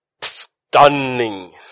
stunning